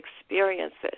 experiences